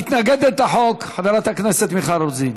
מתנגדת לחוק חברת הכנסת מיכל רוזין.